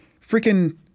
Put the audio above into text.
freaking